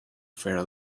fair